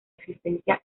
existencia